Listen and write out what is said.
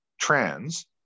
trans